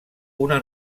una